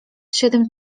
siedem